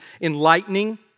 enlightening